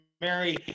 Mary